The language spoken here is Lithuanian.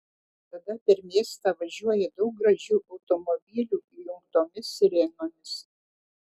tada per miestą važiuoja daug gražių automobilių įjungtomis sirenomis